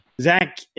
Zach